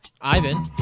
Ivan